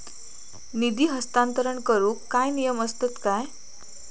निधी हस्तांतरण करूक काय नियम असतत काय?